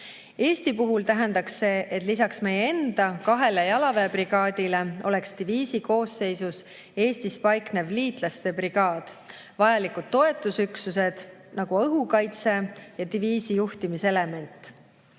Eesti puhul tähendaks see, et lisaks meie enda kahele jalaväebrigaadile oleks diviisi koosseisus ka Eestis paiknev liitlaste brigaad ning vajalikud toetusüksused, nagu õhukaitse ja diviisi juhtimiselement.